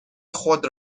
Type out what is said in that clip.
خود